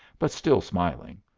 but still smiling,